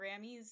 Grammys